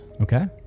Okay